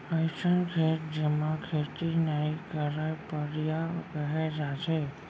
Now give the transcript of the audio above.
अइसन खेत जेमा खेती नइ करयँ परिया कहे जाथे